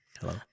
Hello